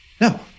No